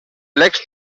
plecs